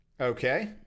Okay